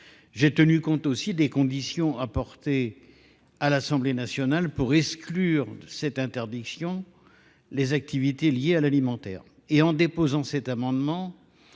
J'ai tenu compte aussi des conditions apportées à l'Assemblée nationale pour exclure cette interdiction les activités liées à l'alimentaire. Et en déposant cet amendement,